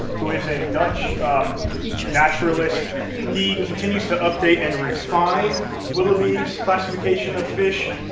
who is a dutch naturalist he continues to update and refine willughby's classification of fish.